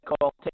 call